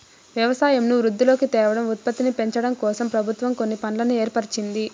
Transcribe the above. వ్యవసాయంను వృద్ధిలోకి తేవడం, ఉత్పత్తిని పెంచడంకోసం ప్రభుత్వం కొన్ని ఫండ్లను ఏర్పరిచింది